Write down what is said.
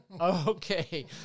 Okay